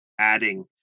adding